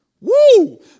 Woo